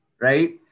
Right